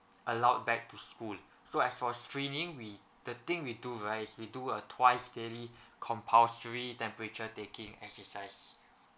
allowed back to school so as for screening we the thing we do right is we do a twice daily compulsory temperature taking exercise